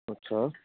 अच्छा